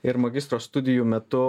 ir magistro studijų metu